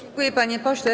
Dziękuję, panie pośle.